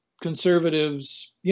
conservatives